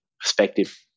perspective